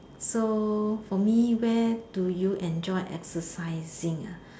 so for me where do you enjoy exercising ah